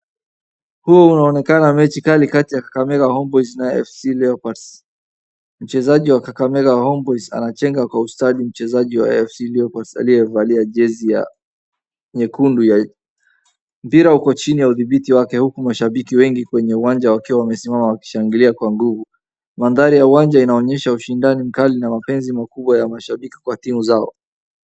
Huu unaonekana mechi kali kati ya Kakamega Homeboyz na FC Leopards, mchezaji wa Kakamega homeboyz anachenga kwa ustadi mchezaji wa FC Leopards aliya valia jersey ya nyekundu ya mpira uko chini ya udhibiti wake huku mashabiki wengi kwenye uwanja wakiwa wamesimama wakishangilia kwa nguvu, mandhari ya uwanja inaonyesha ushindani mkali na mapenzi makubwa ya mashabiki kwa timu zao.